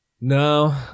no